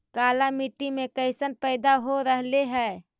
काला मिट्टी मे कैसन पैदा हो रहले है?